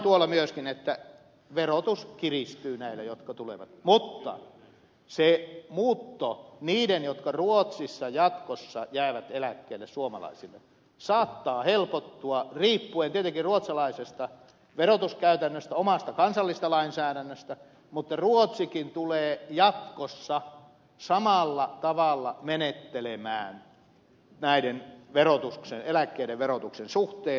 sanoin myöskin että verotus kiristyy näillä jotka tulevat mutta se muutto niille suomalaisille jotka ruotsissa jatkossa jäävät eläkkeelle saattaa helpottua riippuen tietenkin ruotsalaisesta verotuskäytännöstä omasta kansallisesta lainsäädännöstä mutta ruotsikin tulee jatkossa samalla tavalla menettelemään näiden eläkkeiden verotuksen suhteen